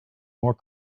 more